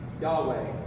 Yahweh